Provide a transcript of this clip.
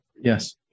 Yes